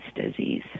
disease